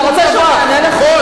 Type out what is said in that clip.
אתה רוצה שהוא יענה לך,